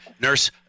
nurse